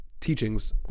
teachings